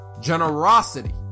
generosity